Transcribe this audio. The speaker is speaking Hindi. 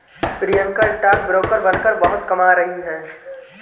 प्रियंका स्टॉक ब्रोकर बनकर बहुत कमा रही है